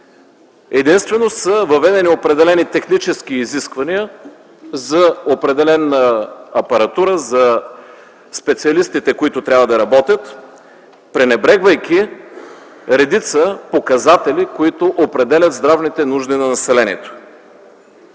единствено някои технически изисквания за определена апаратура, за специалистите, които трябва да работят, пренебрегвайки редица показатели, които определят здравните нужди на населението.